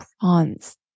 prawns